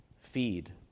Feed